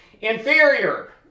Inferior